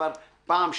שכבר פעם שנייה.